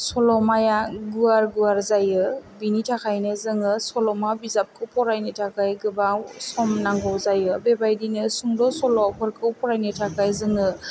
सल'माया गुवार गुवार जायो बेनि थाखायनो जोङो सल'मा बिजाबखौ फरायनो थाखाय गोबाव सम नांगौ जायो बेबादिनो सुंद' सल'फोरखौ फरायनो थाखाय जोंनो